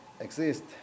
Exist